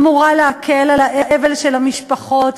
אמורה להקל את האבל של המשפחות,